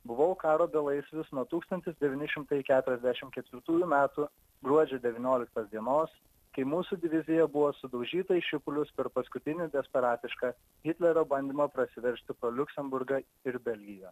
buvau karo belaisvis nuo tūkstantis devyni šimtai keturiasdešimt ketvirtųjų metų gruodžio devynioliktos dienos kai mūsų divizija buvo sudaužyta į šipulius per paskutinį desperatišką hitlerio bandymą prasiveržti pro liuksemburgą ir belgiją